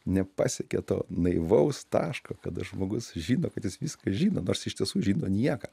nepasiekia to naivaus taško kada žmogus žino kad jis viską žino nors iš tiesų žino nieką